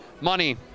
money